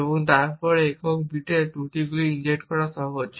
এবং তারপরে একটি একক বিটে ত্রুটিগুলি ইনজেক্ট করা সহজ